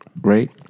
right